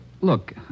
Look